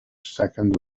second